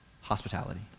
hospitality